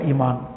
Iman